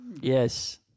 Yes